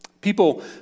People